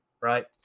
right